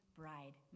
bride